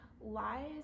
lies